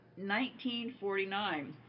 1949